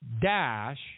dash